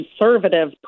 conservative